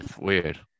weird